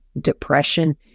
depression